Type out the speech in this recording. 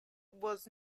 was